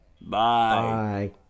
Bye